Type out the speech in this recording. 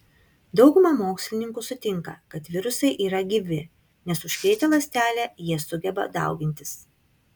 dauguma mokslininkų sutinka kad virusai yra gyvi nes užkrėtę ląstelę jie sugeba daugintis